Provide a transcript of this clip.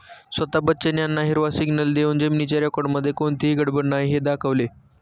स्वता बच्चन यांना हिरवा सिग्नल देऊन जमिनीच्या रेकॉर्डमध्ये कोणतीही गडबड नाही हे दाखवले